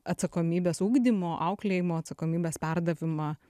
atsakomybės ugdymo auklėjimo atsakomybės perdavimą